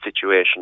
situation